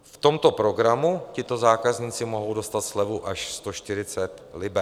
V tomto programu tito zákazníci mohou dostat slevu až 140 liber.